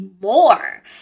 more